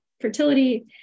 fertility